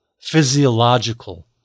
physiological